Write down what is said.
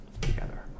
together